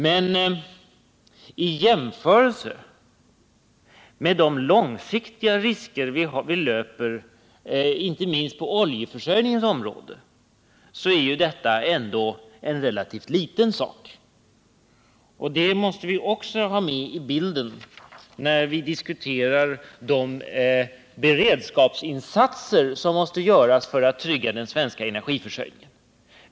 Men i jämförelse med de långsiktiga risker vi löper inte minst på oljeförsörjningsområdet är ju detta en relativt liten sak. Det måste vi också ha med i bilden när vi diskuterar de beredskapsinsatser som måste göras för att trygga den svenska energiförsörjningen.